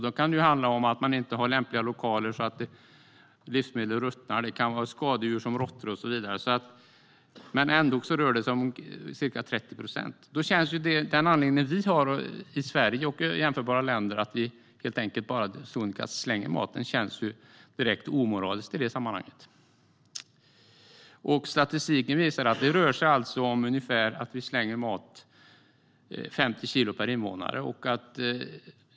Då kan det handla om att man inte har lämpliga lokaler, så att livsmedel ruttnar. Det kan vara skadedjur, som råttor och så vidare. Men det rör sig ändå om ca 30 procent. Den anledning som vi har i Sverige och i jämförbara länder, att vi helt sonika slänger maten, känns direkt omoralisk i det sammanhanget. Statistiken visar att vi slänger ungefär 50 kilo mat per invånare.